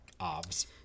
Obs